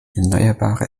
erneuerbare